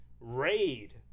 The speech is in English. raid